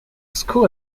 school